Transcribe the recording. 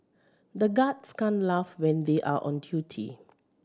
the guards can't laugh when they are on duty